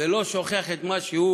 ולא שוכח את מה שהוא